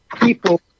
people